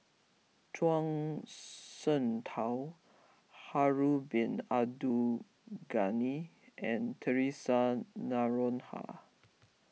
Zhuang Shengtao Harun Bin Abdul Ghani and theresa Noronha